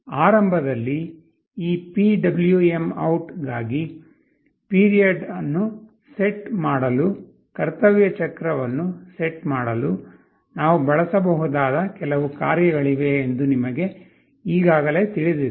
ಆರಂಭದಲ್ಲಿ ಈ PwmOut ಗಾಗಿ ಪಿರಿಯಡ್ ಅನ್ನು ಸೆಟ್ ಮಾಡಲು ಕರ್ತವ್ಯ ಚಕ್ರವನ್ನು ಸೆಟ್ ಮಾಡಲು ನಾವು ಬಳಸಬಹುದಾದ ಕೆಲವು ಕಾರ್ಯಗಳಿವೆ ಎಂದು ನಿಮಗೆ ಈಗಾಗಲೇ ತಿಳಿದಿದೆ